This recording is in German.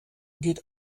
geht